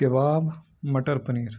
کباب مٹر پنیر